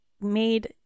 made